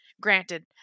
granted